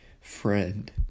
Friend